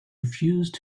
refused